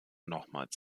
nochmals